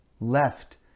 left